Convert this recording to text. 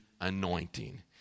anointing